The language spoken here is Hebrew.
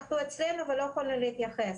ולא יכולנו להתייחס.